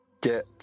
get